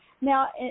now